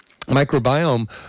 microbiome